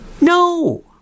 no